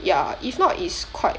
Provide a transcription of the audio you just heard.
ya if not it's quite